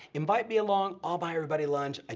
invite me along, i'll buy everybody lunch, ah